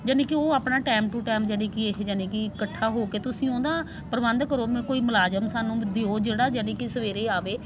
ਯਾਨੀ ਕਿ ਉਹ ਆਪਣਾ ਟਾਈਮ ਟੂ ਟਾਈਮ ਯਾਨੀ ਕਿ ਇਹ ਯਾਨੀ ਕਿ ਇਕੱਠਾ ਹੋ ਕੇ ਤੁਸੀਂ ਉਹਦਾ ਪ੍ਰਬੰਧ ਕਰੋ ਮੈਂ ਕੋਈ ਮੁਲਾਜ਼ਮ ਸਾਨੂੰ ਦਿਓ ਜਿਹੜਾ ਯਾਨੀ ਕਿ ਸਵੇਰੇ ਆਵੇ